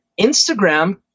instagram